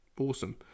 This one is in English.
awesome